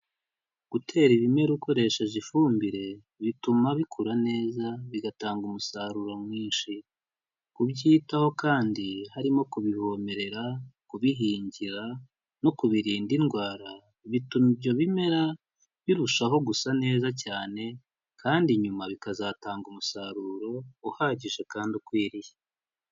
Gutera ibimera ukoresheje ifumbire bituma bikura neza, bigatanga umusaruro mwinshi. Kubyitaho kandi harimo kubivomerera, kubihingira no kubirinda indwara, bituma ibyo bimera birushaho gusa neza cyane kandi nyuma bikazatanga umusaruro uhagije kandi ukwiriye.